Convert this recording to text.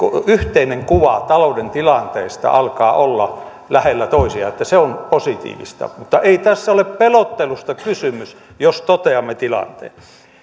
yhteinen kuva talouden tilanteesta alkaa muodostua kuvat olla lähellä toisiaan niin että se on positiivista mutta ei tässä ole pelottelusta kysymys jos toteamme tilanteen